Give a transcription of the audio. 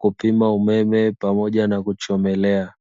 kupima umeme pamoja na kuchomelea.